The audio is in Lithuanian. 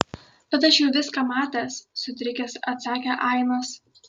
bet aš jau viską matęs sutrikęs atsakė ainas